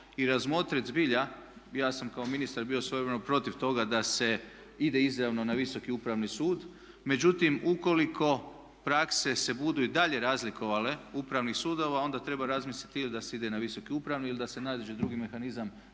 i razmotrit zbilja, ja sam kao ministar bio svojevremeno protiv toga da se ide izravno na Visoki upravni sud. Međutim, ukoliko prakse se budu i dalje razlikovale upravnih sudova onda treba razmisliti ili da se ide na Visoki upravni ili da se nađe drugi mehanizam